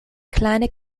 kleine